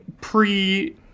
pre